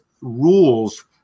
rules